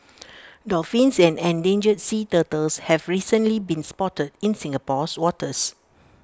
dolphins and endangered sea turtles have recently been spotted in Singapore's waters